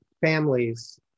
families